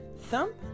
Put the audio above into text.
thump